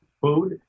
food